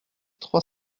trois